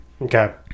Okay